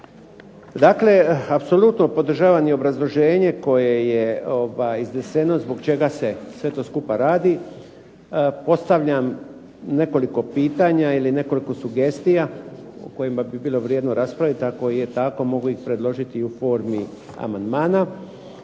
Dakle, apsolutno podržavam i obrazloženje koje je izneseno zbog čega se sve to skupa radi. Postavljam nekoliko pitanja ili nekoliko sugestija o kojima bi bilo vrijedno raspraviti, a koje tako mogu predložiti i u formi amandmana.